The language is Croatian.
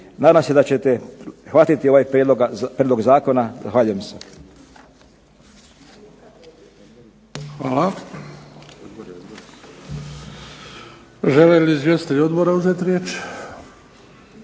Nadam se da ćete prihvatiti ovaj prijedlog zakona.